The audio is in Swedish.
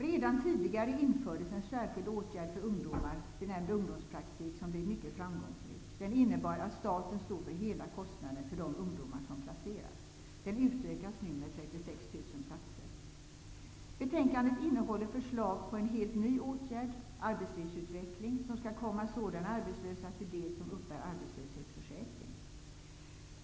Redan tidigare infördes en särskild åtgärd för ungdomar, benämnd ungdomspraktik, som blivit mycket framgångsrik. Den innebär att staten står för hela kostnaden för de ungdomar som placeras. Betänkandet innehåller förslag om en helt ny åtgärd, arbetslivsutveckling, ALU, som skall komma sådana arbetslösa till del som uppbär arbetslöshetsförsäkring.